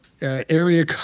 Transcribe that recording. area